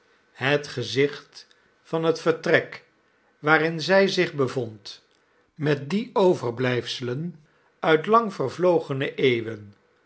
het gezicht van het vertrek waarin zij zich bevond met die overblijfselen uit lang vervlogene eeuwen